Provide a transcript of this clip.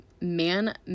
man